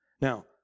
Now